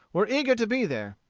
were eager to be there.